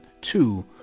two